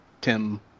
tim